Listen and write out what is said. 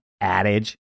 adage